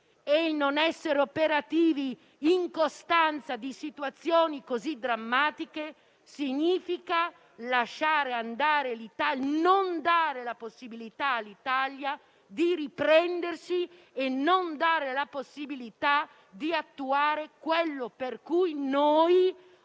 E non essere operativi, in costanza di situazioni così drammatiche, significa non dare la possibilità all'Italia di riprendersi e di attuare quello per cui noi